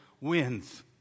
wins